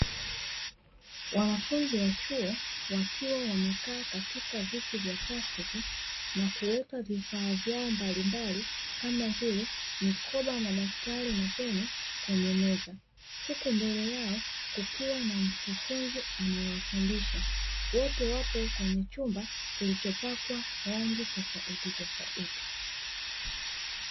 Wanafunzi wa chuo wakiwa wamekaa katika viti vya plastiki na kuweka vifaa vyao mbalimbali kama vile: mikoba, madaftari na peni kwenye meza. Huku mbele yao kukiwa na mkufunzi anayewafundisha. Wote wapo kwenye chumba kilichopakwa rangi tofautitofauti.